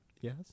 yes